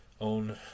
own